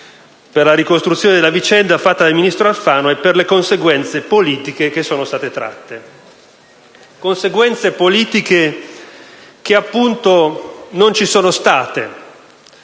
per la ricostruzione della vicenda fatta dal ministro Alfano e per le conseguenze politiche che sono state tratte: conseguenze politiche che, appunto, non ci sono state.